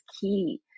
key